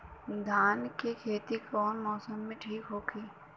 धान के खेती कौना मौसम में ठीक होकी?